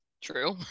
True